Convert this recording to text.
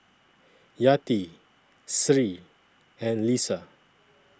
Yati Sri and Lisa